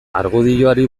argudioari